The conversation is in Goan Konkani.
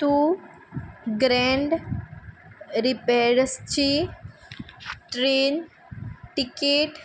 तूं ग्रँड रिपॅडसची ट्रेन टिकेट